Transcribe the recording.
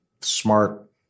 smart